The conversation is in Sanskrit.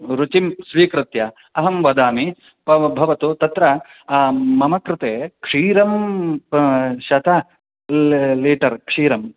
रुचिं स्वीकृत्य अहं वदामि भव् भवतु तत्र मम कृते क्षीरं शतं ले लीटर् क्षीरम्